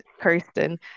Kirsten